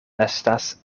estas